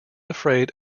afraid